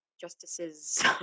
justices